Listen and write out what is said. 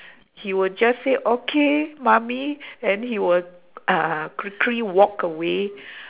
he will just say okay mummy then he will uh quickly walk away